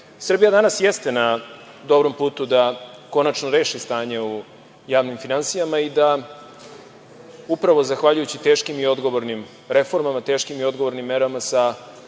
Srbija danas jeste na dobrom putu da konačno reši stanje u javnim finansijama i da upravo zahvaljujući teškim i odgovornim reformama, teškim i odgovornim merama sa